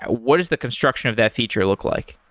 what does the construction of that feature look like?